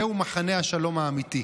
זהו מחנה השלום האמיתי.